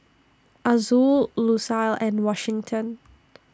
Azul Lucille and Washington